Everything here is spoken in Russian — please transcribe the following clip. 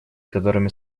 которыми